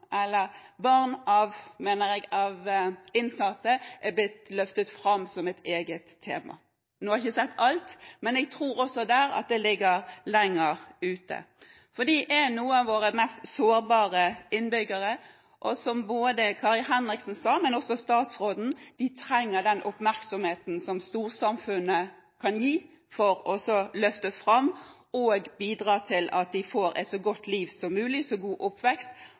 av innsatte er blitt løftet fram som et eget tema. Nå har jeg ikke sett alt, men jeg tror at det også der ligger lenger ute, for de er noen av våre mest sårbare innbyggere, og som både Kari Henriksen og statsråden sa: De trenger den oppmerksomheten som storsamfunnet kan gi, for å løfte dem fram og bidra til at de får et så godt liv og en så god oppvekst